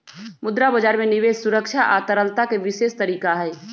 मुद्रा बजार में निवेश सुरक्षा आ तरलता के विशेष तरीका हई